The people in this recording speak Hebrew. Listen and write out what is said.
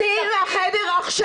צאי מהחדר עכשיו.